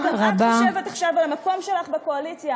וגם את חושבת עכשיו על המקום שלך בקואליציה,